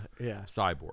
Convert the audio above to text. Cyborg